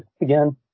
again